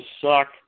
suck